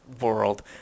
world